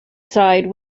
side